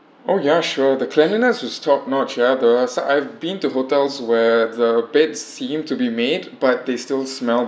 oh ya sure the cleanliness was top notch ah I've been to hotels where the beds seem to be made but they still smell